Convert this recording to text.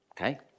Okay